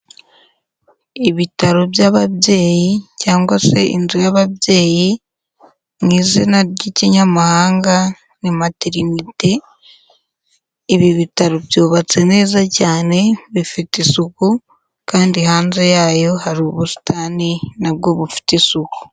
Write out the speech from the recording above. Ibitaro by'ababyeyi cyangwase inzu y'ababyeyi, mu izina ry'ikinyamahanga ni maternity, ibi bitaro byubatse neza cyane bifite isuku kandi hanze yayo hari ubusitani nabwo bufite isuku.